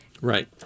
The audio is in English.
Right